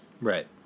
Right